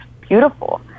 beautiful